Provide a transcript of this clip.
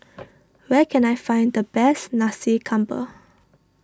where can I find the best Nasi Campur